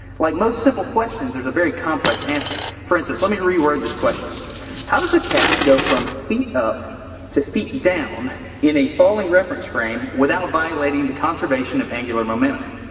like most simple questions, there's a very complex answer. for instance, let me reword this question how does a cat go from feet up to feet down in a falling reference frame without violating the conservation of angular momentum?